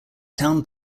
town